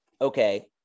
okay